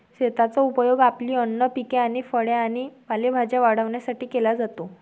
शेताचा उपयोग आपली अन्न पिके आणि फळे आणि भाजीपाला वाढवण्यासाठी केला जातो